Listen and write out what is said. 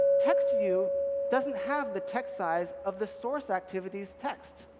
text view doesn't have the text size of the source activity's text.